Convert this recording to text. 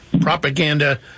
propaganda